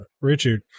Richard